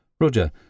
Roger